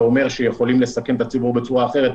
אומר שיכולים לסכן את הציבור בצורה אחרת,